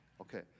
Okay